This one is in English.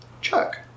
Chuck